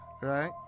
Right